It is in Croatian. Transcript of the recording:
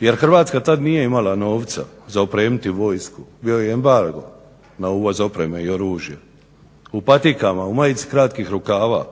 jer Hrvatska tad nije imala novca za opremiti vojsku, bio je na uvoz opreme i oružja, u patikama, u majici kratkih rukava